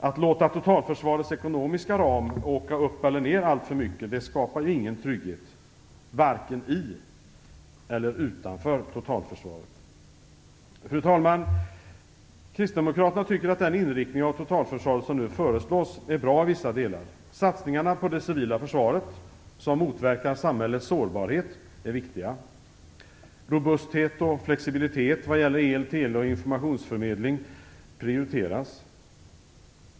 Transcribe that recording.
Att låta totalförsvarets ekonomiska ram åka upp eller ner alltför mycket skapar ingen trygghet, varken i eller utanför totalförsvaret. Fru talman! Kristdemokraterna tycker att den inriktning av totalförsvaret som nu föreslås är bra i vissa delar. Satsningar på det civila försvaret som motverkar samhällets sårbarhet är viktiga. Robusthet och flexibilitet vad gäller el, tele och informationsförmedling prioriteras.